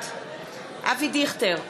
בעד אבי דיכטר,